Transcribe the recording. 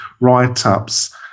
write-ups